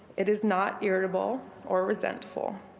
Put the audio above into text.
it is not irritable or resentful.